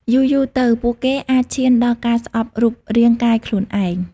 យូរៗទៅ ពួកគេអាចឈានដល់ការស្អប់រូបរាងកាយខ្លួនឯង។